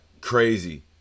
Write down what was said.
crazy